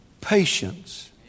Patience